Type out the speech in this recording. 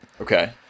Okay